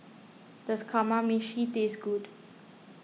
does Kamameshi taste good